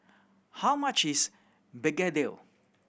how much is begedil